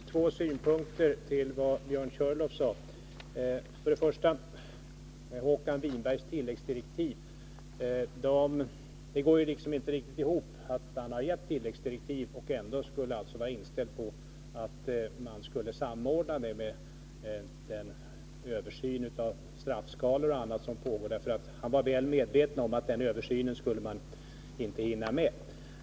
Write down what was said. Herr talman! Två synpunkter till vad Björn Körlof sade. När det gäller Håkan Winbergs tilläggsdirektiv går det liksom inte riktigt ihop att han gett tilläggsdirektiv och ändå varit inställd på att man skulle samordna den översyn av straffskalorna som pågår. Han var väl medveten om att man inte skulle hinna med den översynen.